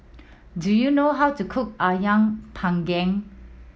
do you know how to cook Ayam Panggang